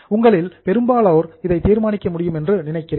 உங்களில் பெரும்பாலோர் இதை தீர்மானிக்க முடியும் என்று நினைக்கிறேன்